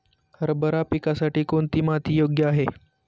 हरभरा पिकासाठी कोणती माती योग्य आहे?